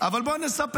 אבל בוא נספר.